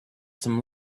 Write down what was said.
some